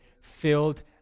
filled